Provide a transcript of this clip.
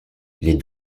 les